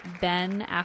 Ben